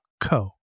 co